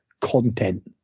content